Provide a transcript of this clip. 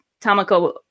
Tamako